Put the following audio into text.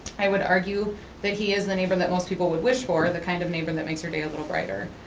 i would argue that he is the neighbor that most people would wish for, the kind of neighbor that makes your day a little brighter.